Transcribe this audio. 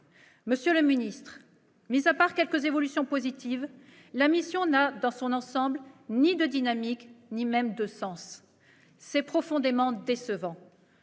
monsieur le secrétaire d'État, mis à part quelques évolutions positives, la mission n'a, dans son ensemble, pas de dynamique ni même de sens. C'est profondément décevant.